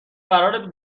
قراره